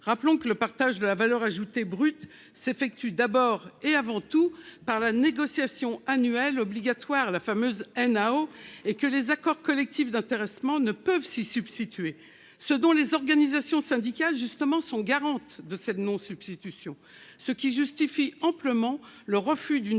Rappelons que le partage de la valeur ajoutée brute s'effectue d'abord et avant tout par la négociation annuelle obligatoire, la fameuse NAO, et que les accords collectifs d'intéressement ne peuvent s'y substituer. Les organisations syndicales sont garantes de cette non-substitution, ce qui justifie amplement le refus d'une